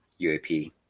UAP